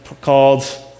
called